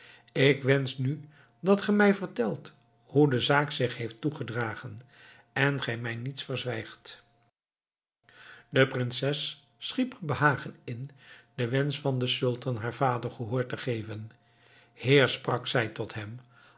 ik wensch nu dat ge mij vertelt hoe de zaak zich heeft toegedragen en gij mij niets verzwijgt de prinses schiep er behagen in den wensch van den sultan haar vader gehoor te geven heer sprak zij tot hem